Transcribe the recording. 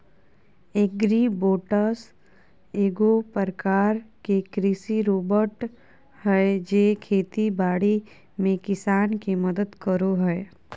agribots एगो प्रकार के कृषि रोबोट हय जे खेती बाड़ी में किसान के मदद करो हय